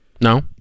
No